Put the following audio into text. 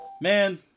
Man